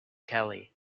kelly